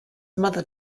mother